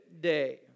day